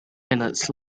minutes